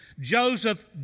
Joseph